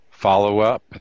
follow-up